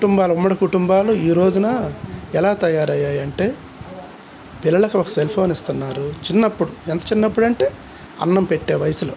కుటుంబాలు ఉమ్మడి కుటుంబాలు ఈరోజున ఎలా తయారయ్యాయి అంటే పిల్లలకు ఒక సెల్ఫోన్ ఇస్తున్నారు చిన్నప్పుడు ఎంత చిన్నప్పుడు అంటే అన్నం పెట్టే వయసులో